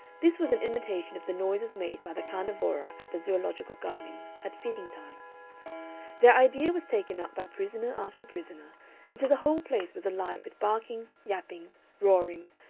this was an imitation of the noises made by the carnivora at the zoological gardens at feeding-time the idea was taken up by prisoner after prisoner until the whole place was alive with barkings, yappings, roarings,